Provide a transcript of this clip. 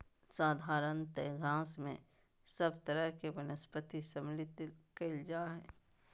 साधारणतय घास में सब तरह के वनस्पति सम्मिलित कइल जा हइ